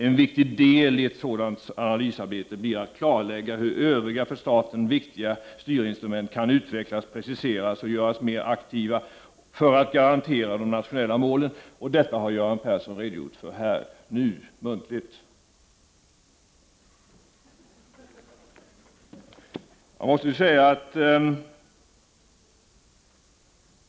En viktig del i ett sådant analysarbete blir att klarlägga hur övriga, för staten viktiga styrinstrument kan utvecklas, preciseras och göras mer aktiva för att garantera de nationella målen.” Detta har alltså Göran Persson redogjort muntligt för nu.